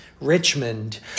Richmond